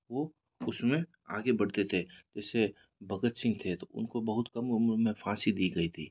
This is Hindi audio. वो उसमें आगे बढ़ते थे जैसे भगत सिंह थे तो उनको बहुत कम उम्र में फांसी दी गई थी